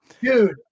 dude